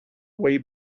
way